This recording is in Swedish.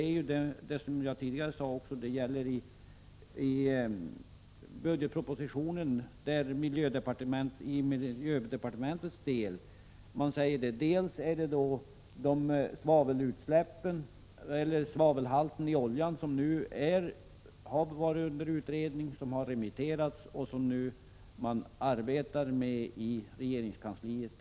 I miljödepartementets del av budgetpropositionen talas om att det kommer förslag om svavelhalten i oljan, en fråga som har varit under utredning, som har remitterats och som man nu arbetar med i regeringskansliet.